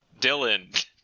Dylan